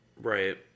Right